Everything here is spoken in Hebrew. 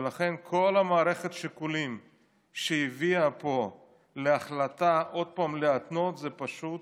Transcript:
לכן כל מערכת השיקולים שהביאה פה להחלטה עוד פעם להתנות היא פשוט